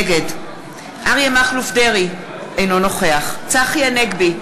נגד אריה מכלוף דרעי, אינו נוכח צחי הנגבי,